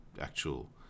actual